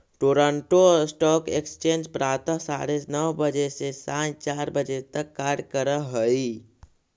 Toronto stock exchange प्रातः साढ़े नौ बजे से सायं चार बजे तक कार्य करऽ हइ